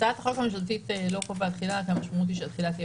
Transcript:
הצעת החוק הממשלתית לא קובעת תחילה כי המשמעות היא שהתחילה תהיה